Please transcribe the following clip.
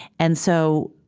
and so,